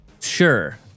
sure